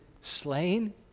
slain